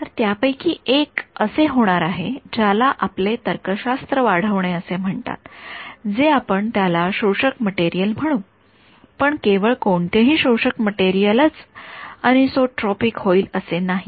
तर त्यापैकी एक असे होणार आहे ज्याला आपले तर्कशास्त्र वाढवणे असे म्हणतात जे आपण त्याला शोषक मटेरियल म्हणू पण केवळ कोणतेही शोषक मटेरियल च अनीसोट्रॉपिक होईल असे नाही